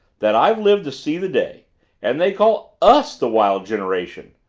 that i've lived to see the day and they call us the wild generation!